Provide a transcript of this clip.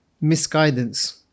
misguidance